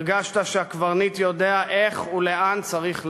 הרגשת שהקברניט יודע איך ולאן צריך לשוט,